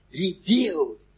revealed